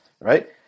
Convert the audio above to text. right